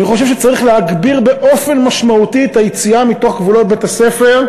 אני חושב שצריך להגביר באופן משמעותי את היציאה מתוך גבולות בית-הספר,